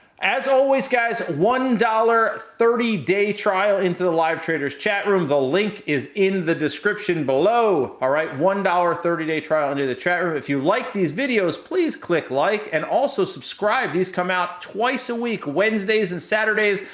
as always, guys, one dollars, thirty day trial into the live traders chat room. the link is in the description below. one dollars, thirty day trial into the chat room. if you like these videos, please click like, and also subscribe. these come out twice a week, wednesdays and saturdays.